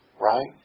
right